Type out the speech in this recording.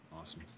Awesome